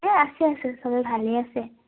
এই আছে আছে চবেই ভালেই আছে